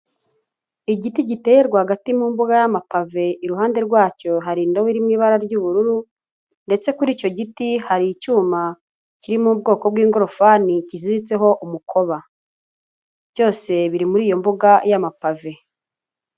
Igiti giteye rwagati mu mbuga y'amapave, iruhande rwacyo hari indobo iri mu ibara ry'ubururu ndetse kuri icyo giti hari icyuma kiri mu bwoko bw'ingorofani kiziritseho umukoba, byose biri muri iyo mbuga y'amapave.